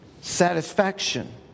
satisfaction